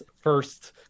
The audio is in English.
first